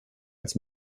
als